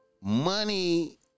money